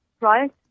right